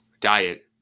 diet